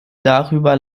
darüber